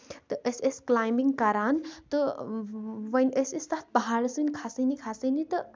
تہٕ أسۍ ٲسۍ کٔلایبِنگ کران تہٕ وۄنۍ ٲسۍ أسۍ تَتھ پَہاڑَس وٕنہِ کھسٲنی کھسٲنی تہٕ